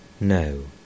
no